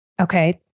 Okay